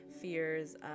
Fears